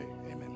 amen